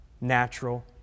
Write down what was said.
natural